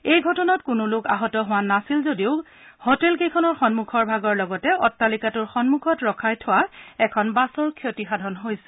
এই ঘোটনাত কোনো লোক আহত হোৱা নাছিল যদিও হোটেল কেইখনৰ সন্মুখভাগৰ লগতে অটালিকাটোৰ সন্মুখত ৰখাই থোৱা এখন বাছৰ ক্ষতিসাধন হৈছিল